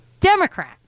Democrat